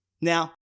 Now